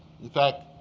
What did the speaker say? in fact,